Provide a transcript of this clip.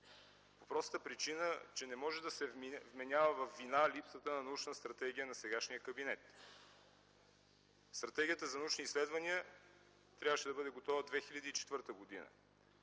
по простата причина, че не може да се вменява във вина липсата на научна стратегия на сегашния кабинет. Стратегията за научни изследвания трябваше да бъде готова 2004 г.